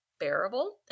bearable